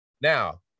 Now